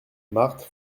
marthe